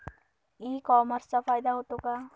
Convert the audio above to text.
E कॉमर्सचा फायदा होतो का?